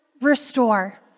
restore